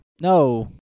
No